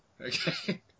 Okay